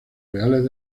reales